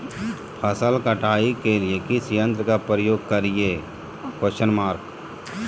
फसल कटाई के लिए किस यंत्र का प्रयोग करिये?